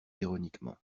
ironiquement